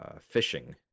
fishing